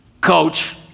coach